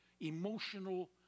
emotional